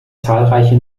zahlreiche